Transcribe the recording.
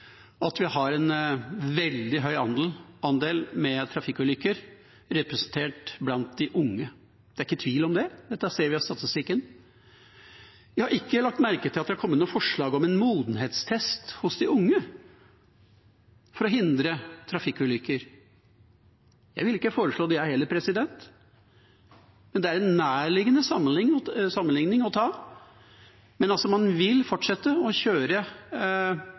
er ikke tvil om det. Det ser vi av statistikken. Jeg har ikke lagt merke til at det har kommet noe forslag om en modenhetstest hos de unge for å hindre trafikkulykker. Jeg ville ikke foreslått det, jeg heller, men det er en nærliggende sammenligning å gjøre. Men man vil altså fortsette å kjøre